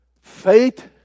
faith